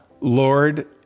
Lord